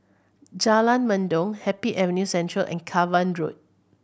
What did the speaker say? Jalan Mendong Happy Avenue Central and Cavan Road